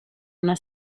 una